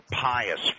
pious